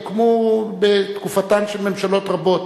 הוקמו בתקופתן של ממשלות רבות.